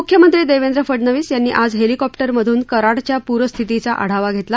मुख्यमंत्री देवेंद्र फडणवीस यांनी आज हेलिकॉप्टरमधून कराडच्या पूरस्थितीचा आढावा घेतला